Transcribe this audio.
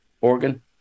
organ